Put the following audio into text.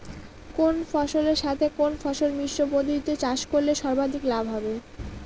কোন ফসলের সাথে কোন ফসল মিশ্র পদ্ধতিতে চাষ করলে সর্বাধিক লাভ হবে?